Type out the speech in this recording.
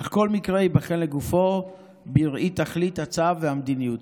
אך כל מקרה ייבחן לגופו בראי תכלית הצו והמדיניות.